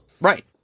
Right